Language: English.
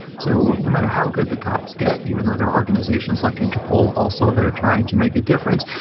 so no matter how good the cops get, even though there are organizations like interpol also that are trying to make a difference,